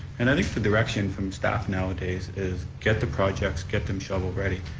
and i think the direction from staff nowadays is get the projects, get them shovel ready,